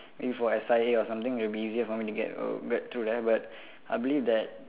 things for S_I_A or something will be easier for me to get err get through there but I believe that